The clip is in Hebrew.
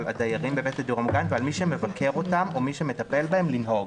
הדיירים בבית הדיור המוגן ועל מי שמבקר אותם או מי שמטפל בהם לנהוג.